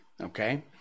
okay